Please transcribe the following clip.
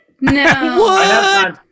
No